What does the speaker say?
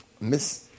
Miss